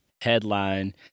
headline